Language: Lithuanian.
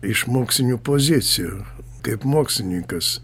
iš mokslinių pozicijų kaip mokslininkas